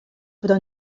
però